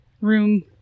Room